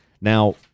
Now